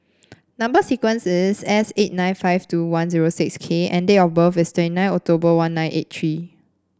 number sequence is S eight nine five two one zero six K and date of birth is twenty nine October one nine eight three